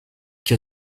que